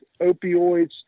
opioids